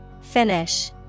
Finish